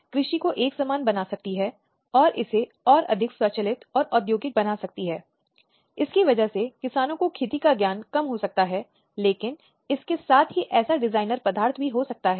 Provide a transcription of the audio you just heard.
यह निरीक्षण कर सकता है या निरीक्षण का कारण बन सकता है किसी भी जेल रिमांड होम महिलाओं की संस्था का निरीक्षण हो सकता है